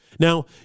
Now